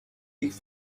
ich